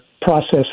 process